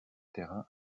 terrain